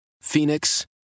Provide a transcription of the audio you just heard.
Phoenix